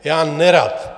Já nerad.